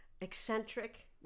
eccentric